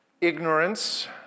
ignorance